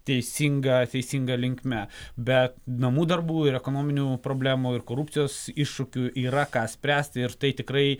teisinga teisinga linkme bet namų darbų ir ekonominių problemų ir korupcijos iššūkių yra ką spręsti ir tai tikrai